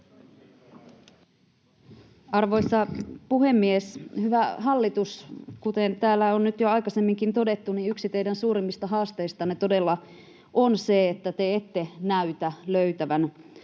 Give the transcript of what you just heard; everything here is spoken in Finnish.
Arvoisa puhemies! Hyvä hallitus, kuten täällä on nyt jo aikaisemminkin todettu, yksi teidän suurimmista haasteistanne todella on se, että te ette näytä löytävän